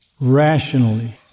rationally